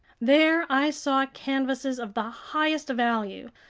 there i saw canvases of the highest value,